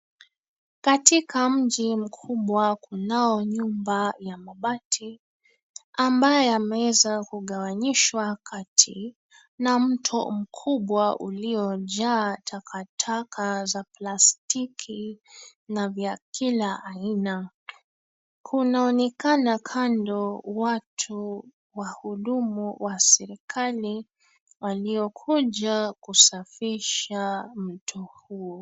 Katika mji mkubwa kunao nyumba ya mabati, ambayo ameweza kugawanyishwa kati na mto mkubwa uliojaa takataka za plastiki na vya kila aina. Kunaonekana kando watu, wahudumu wa serikali waliokuja kusafisha mto huo.